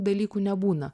dalykų nebūna